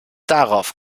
darauf